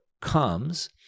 comes